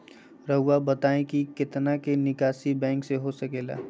रहुआ बताइं कि कितना के निकासी बैंक से हो सके ला?